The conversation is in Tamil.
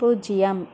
பூஜ்ஜியம்